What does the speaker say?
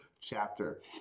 chapter